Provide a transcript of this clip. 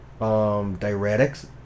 diuretics